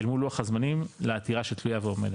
אל מול לוח הזמנים לעתירה שתלויה ועומדת.